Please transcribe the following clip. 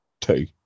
Two